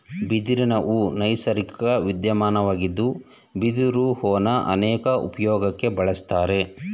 ಬಿದಿರಿನಹೂ ನೈಸರ್ಗಿಕ ವಿದ್ಯಮಾನವಾಗಿದ್ದು ಬಿದಿರು ಹೂನ ಅನೇಕ ಉಪ್ಯೋಗಕ್ಕೆ ಬಳುಸ್ತಾರೆ